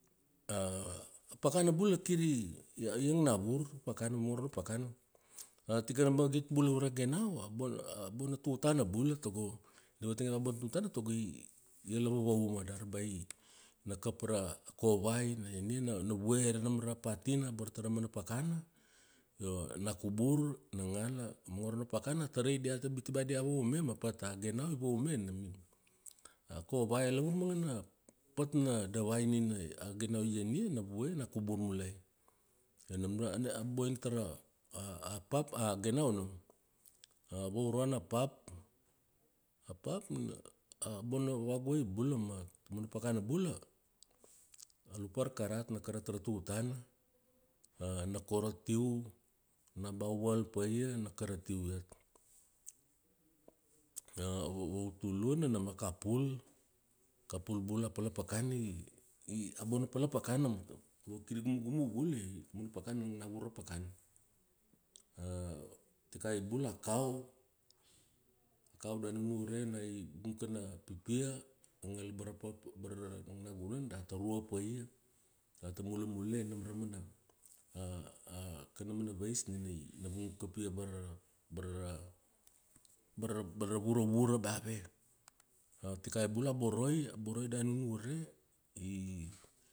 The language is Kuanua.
A pakana bula kiri, i angna vur. Pakana, mongoro na pakana. A tikana magit bula ure ra ganau, a bona tutana bula tago, di vatang ia bea bona tutana tago i, i la vavauma. Dari bea i, na kap ra kovai, na ien ia na vue ra nam ra patina abara tara mana pakana, io na kubur na ngala, mongoro na pakana a tarai diata biti ba dia vaume ma pata a ganau i vaume nam. A kovai, a lavur mangana pat na davai nina a ganau i ian ia na vue na kubur mulai. Io nam ra, a boina tara a pap, a ganau nam. A vauruana a pap. A pap na, a bona vavaguai bula ma, taumana pakana bula, a lup varkarat. Na karat ra tutana. Na korotiu, na bea u val pa ia na karatiu iat. A vautuluna nam a kapul, kapul bula a palapakana i, i a bona palapakana ma vakiri gumgumu bula io taumana pakana i angna vur ra pakana. Tikai bula a kau, kau da nunure ona i vung kana pipia, abara paparai na gunan, data rua pa ia, data mulemule nam ra, kana mana veist nina i, na vung kapia abara ra, bara ra, bara ra vura vura bea ave. Tikai bula a boroi, a boroi da nunure i.